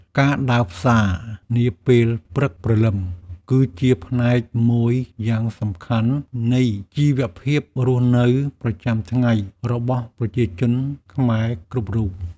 ការដើរផ្សារនាពេលព្រឹកព្រលឹម គឺជាផ្នែកមួយយ៉ាងសំខាន់នៃជីវភាពរស់នៅប្រចាំថ្ងៃរបស់ប្រជាជនខ្មែរគ្រប់រូប។